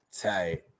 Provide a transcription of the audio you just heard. tight